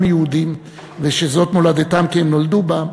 יהודים ושזאת מולדתם כי הם נולדו בה.